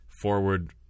forward